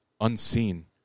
unseen